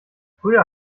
früher